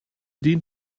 den